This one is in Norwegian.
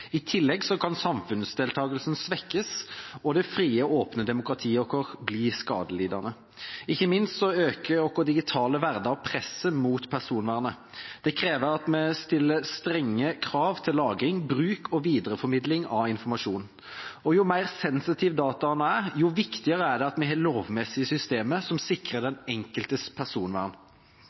skadelidende. Ikke minst øker vår digitale hverdag presset mot personvernet. Det krever at vi stiller strenge krav til lagring, bruk og videreformidling av informasjon. Jo mer sensitiv dataene er, jo viktigere er det at vi har lovmessige systemer som sikrer den enkeltes personvern